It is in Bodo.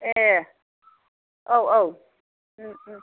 ए औ औ